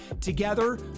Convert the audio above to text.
Together